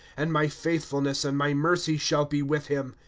and my faithfulness and my mercy shall be with him,